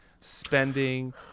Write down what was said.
spending